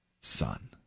son